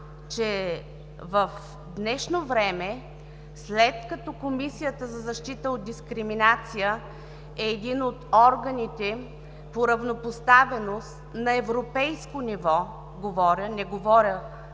че в днешно време, след като Комисията за защита от дискриминация е един от органите по равнопоставеност – говоря на европейско ниво, не говоря